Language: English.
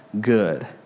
good